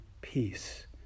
peace